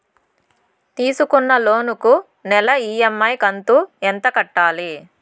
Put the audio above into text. తీసుకుంటున్న లోను కు నెల ఇ.ఎం.ఐ కంతు ఎంత కట్టాలి?